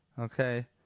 okay